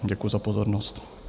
Děkuji za pozornost.